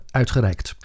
uitgereikt